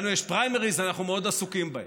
לנו יש פריימריז, אנחנו מאוד עסוקים בהם.